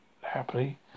happily